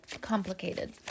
complicated